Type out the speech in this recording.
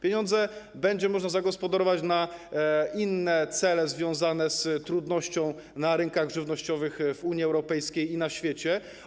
Pieniądze będzie można zagospodarować na inne cele związane z trudnościami na rynkach żywnościowych w Unii Europejskiej i na świecie.